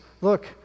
look